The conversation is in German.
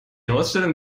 ausstellung